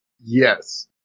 Yes